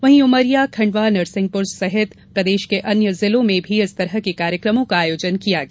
वही उमरिया खंडवा नरसिंहपुर सहित प्रदेश के अन्य जिलों में भी इस तरह के कार्यक्रमों का आयोजन किया गया